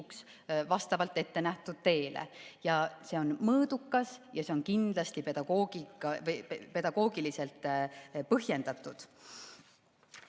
vastavalt ettenähtud teele. See on mõõdukas ja see on kindlasti pedagoogiliselt põhjendatud.